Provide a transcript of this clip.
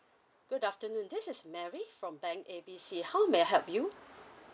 good afternoon this is mary from bank A B C how may I help you